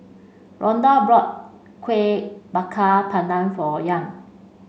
Rondal bought Kuih Bakar Pandan for Young